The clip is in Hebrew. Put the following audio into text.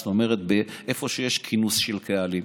זאת אומרת איפה שיש כינוס של קהלים,